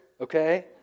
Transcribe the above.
okay